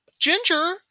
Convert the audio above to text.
Ginger